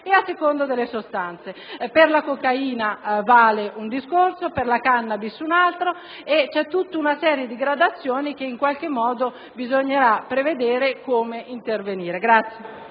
tenere conto delle sostanze: per la cocaina vale un discorso, per la *cannabis* un altro, esiste tutta una serie di gradazioni, e in qualche modo bisognerà prevedere come intervenire.